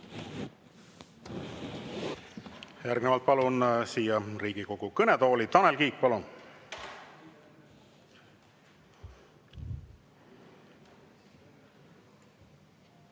Järgnevalt palun siia Riigikogu kõnetooli, Tanel Kiik. Palun!